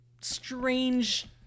strange